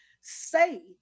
say